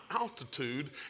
altitude